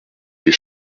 des